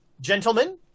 gentlemen